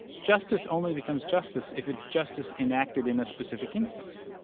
justice only becomes justice if it's justice enacted in a specific instance.